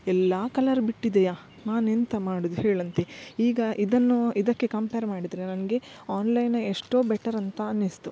ಎಲ್ಲಾ ಕಲರ್ ಬಿಟ್ಟಿದೆಯಾ ನಾನೆಂತ ಮಾಡೋದ್ ಹೇಳಂತ ಈಗ ಇದನ್ನು ಇದಕ್ಕೆ ಕಂಪೇರ್ ಮಾಡಿದರೆ ನನಗೆ ಆನ್ಲೈನ ಎಷ್ಟೋ ಬೆಟರ್ ಅಂತ ಅನಿಸ್ತು